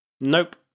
Nope